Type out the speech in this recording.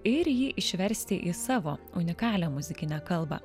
ir jį išversti į savo unikalią muzikinę kalbą